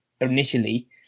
initially